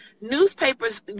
newspapers